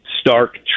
stark